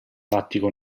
lattico